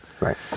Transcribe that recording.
Right